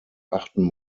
achten